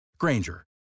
Granger